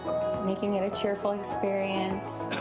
making it a cheerful experience.